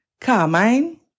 Carmine